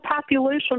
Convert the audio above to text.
population